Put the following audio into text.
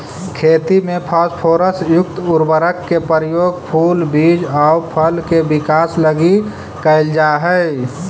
खेती में फास्फोरस युक्त उर्वरक के प्रयोग फूल, बीज आउ फल के विकास लगी कैल जा हइ